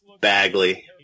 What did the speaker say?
Bagley